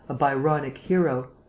a byronic hero,